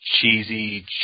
cheesy